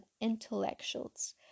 intellectuals